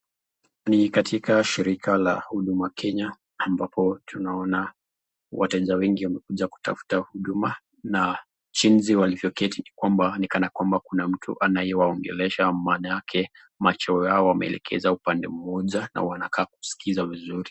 ni katika shirika la huduma Kenya ambapo tunaona wateja wengi wamekuja kutafuta huduma na jinsi walivyoketi ni kwamba ni kana kwamba kuna mtu anayewaongelesha maana yake macho yao wameelekeza upande mmoja na wanakaa kusikiza vizuri.